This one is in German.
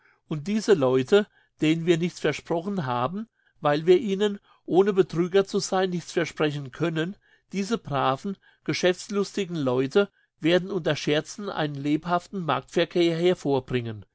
und diese leute denen wir nichts versprochen haben weil wir ihnen ohne betrüger zu sein nichts versprechen können diese braven geschäftslustigen leute werden unter scherzen einen lebhaften marktverkehr hervorbringen